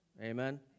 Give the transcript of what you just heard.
Amen